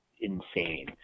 insane